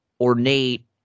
Ornate